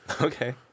Okay